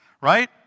Right